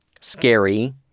scary